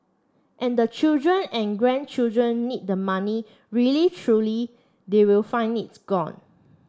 and the children and grandchildren need the money really truly they will find it's gone